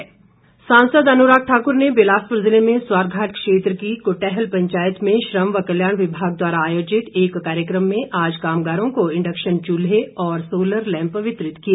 अनुराग सांसद अनुराग ठाकुर ने बिलासपुर जिले में स्वारघाट क्षेत्र की कुटेहल पंचायत में श्रम व कल्याण विभाग द्वारा आयोजित एक कार्यकम में आज कामगारों को इंडक्शन चूल्हे और सोलर लैम्प वितरित किए